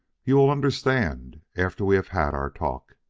you will understand after we have had our talk.